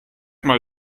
mal